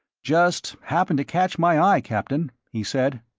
just happened to catch my eye, captain, he said.